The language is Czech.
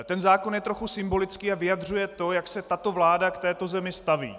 Ten zákon je trochu symbolický a vyjadřuje to, jak se tato vláda k této zemi staví.